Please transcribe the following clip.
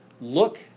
look